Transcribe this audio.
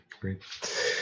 great